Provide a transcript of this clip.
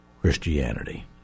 Christianity